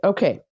Okay